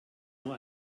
nur